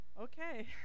Okay